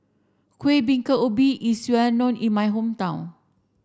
Kueh Bingka Ubi is well known in my hometown